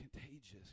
contagious